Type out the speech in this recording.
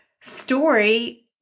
story